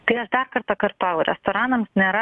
tai aš dar kartą kartoju restoranams nėra